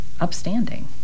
upstanding